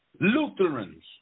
Lutherans